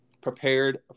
prepared